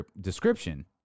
description